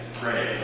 pray